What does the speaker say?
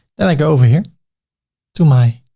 then i go over here to my